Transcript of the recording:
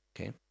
okay